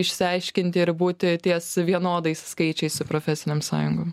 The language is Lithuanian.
išsiaiškinti ir būti ties vienodais skaičiais su profesinėm sąjungom